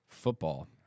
Football